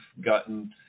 gotten